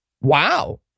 Wow